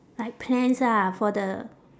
like plans ah for the